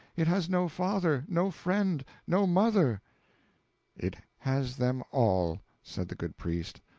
it has no father, no friend, no mother it has them all! said that good priest.